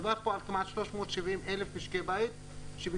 מדובר פה על כמעט 370,000 משקי בית שביקשו